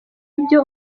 ibyo